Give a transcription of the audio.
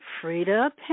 Frida